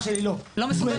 ואילו אח שלי לא ניצל.